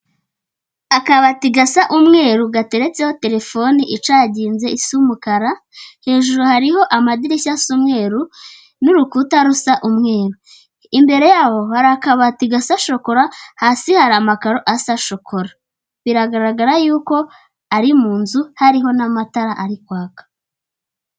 Akabati gasa umweru gateretseho telefoni icagize isa umukara, hejuru hariho amadirishya asa umweru n'urukuta rusa umweru, imbere yabo hari akabati gasa shokora, hasi hari amakaro asa shokora, biragaragara yuko ari mu nzu hariho n'amatara ari kwaka.